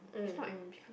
if not it will become